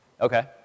Okay